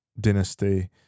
dynasty